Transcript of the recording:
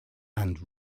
and